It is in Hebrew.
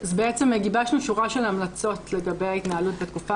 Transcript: אז בעצם גיבשנו שורה של המלצות לגבי ההתנהלות בתקופה